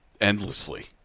endlessly